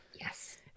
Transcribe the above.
Yes